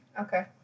Okay